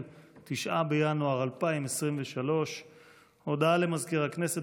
9 בינואר 2023. הודעה למזכיר הכנסת,